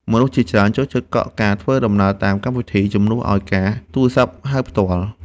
មនុស្សជាច្រើនចូលចិត្តកក់ការធ្វើដំណើរតាមកម្មវិធី ជំនួសឱ្យការទូរសព្ទហៅផ្ទាល់។